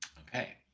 okay